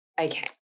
Okay